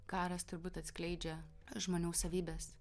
karas turbūt atskleidžia žmonių savybes